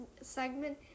segment